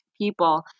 people